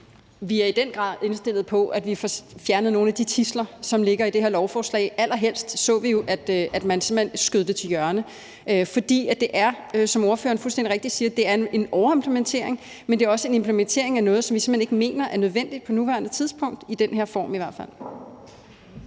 Vi er i den grad indstillet på, at vi får fjernet nogle af de tidsler, som ligger i det her lovforslag. Allerhelst så vi jo, at man simpelt hen skød det til hjørne, fordi det, som ordføreren fuldstændig rigtigt siger, er en overimplementering, men det er også en implementering af noget, som vi simpelt hen ikke mener er nødvendigt på nuværende tidspunkt, i hvert fald